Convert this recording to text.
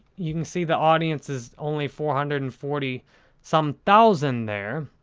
you can see the audience is only four hundred and forty some thousand there,